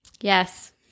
Yes